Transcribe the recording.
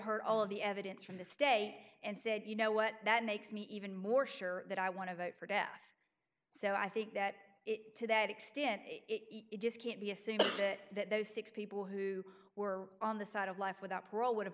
heard all of the evidence from the stay and said you know what that makes me even more sure that i want to vote for death so i think that it to that extent it just can't be assumed that those six people who were on the side of life without parole would